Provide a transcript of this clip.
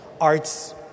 arts